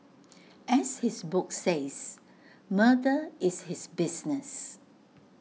as his book says murder is his business